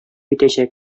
итәчәк